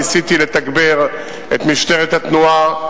ניסיתי לתגבר את משטרת התנועה.